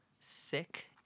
sick